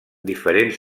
diferents